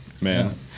man